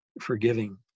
forgiving